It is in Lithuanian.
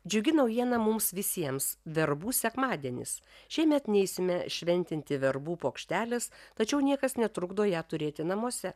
džiugi naujiena mums visiems verbų sekmadienis šiemet neisime šventinti verbų puokštelės tačiau niekas netrukdo ją turėti namuose